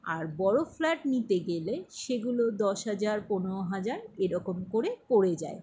আর বড়ো ফ্ল্যাট নিতে গেলে সেগুলো দশ হাজার পনেরো হাজার এ রকম করে পড়ে যায়